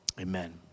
Amen